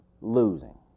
losing